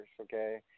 okay